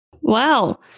Wow